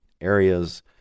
areas